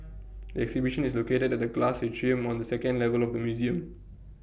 the exhibition is located at the glass atrium on the second level of the museum